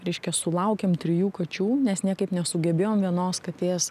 reiškia sulaukėm trijų kačių nes niekaip nesugebėjom vienos katės